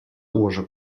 ułożę